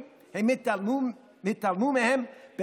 אנחנו הולכים להכניס לארץ בחודשים הקרובים פיגומים חדשים,